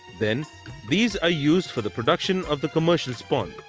then these are used for the production of the commercial spawn.